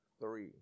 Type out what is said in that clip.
three